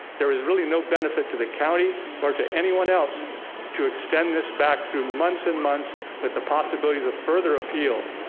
there is really no benefit to the county or to anyone else to extend this back through months and months with the possibilities of further appeal,